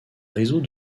réseau